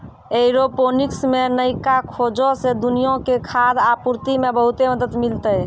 aeroponics मे नयका खोजो से दुनिया के खाद्य आपूर्ति मे बहुते मदत मिलतै